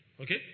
Okay